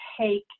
take